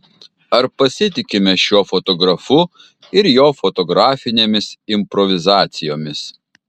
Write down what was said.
ar pasitikime šiuo fotografu ir jo fotografinėmis improvizacijomis